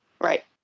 Right